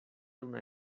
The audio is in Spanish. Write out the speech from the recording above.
una